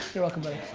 you're welcome buddy.